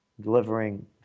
delivering